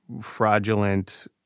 fraudulent